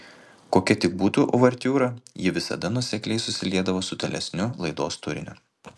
kokia tik būtų uvertiūra ji visada nuosekliai susiliedavo su tolesniu laidos turiniu